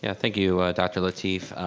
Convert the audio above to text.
yeah thank you dr. lateef,